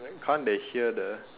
can't they hear the